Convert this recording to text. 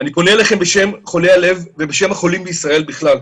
אליכם בשם חולי הלב, ובשם החולים בישראל בכלל.